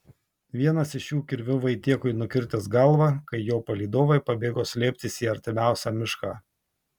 vienas iš jų kirviu vaitiekui nukirtęs galvą kai jo palydovai pabėgo slėptis į artimiausią mišką